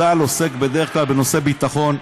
צה"ל עוסק בדרך כלל בנושא ביטחון,